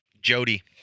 Jody